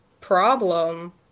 problem